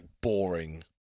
boring